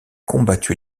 combattu